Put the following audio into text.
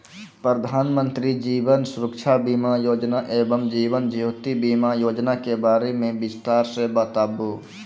प्रधान मंत्री जीवन सुरक्षा बीमा योजना एवं जीवन ज्योति बीमा योजना के बारे मे बिसतार से बताबू?